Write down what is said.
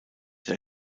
der